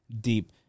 deep